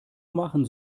machen